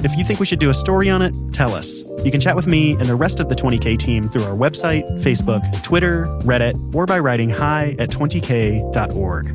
if you think we should do a story on it tell us, you can chat with me, and the rest of the twenty k team through our website, facebook, twitter, reddit, or by writing hi at twenty k dot org